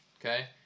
okay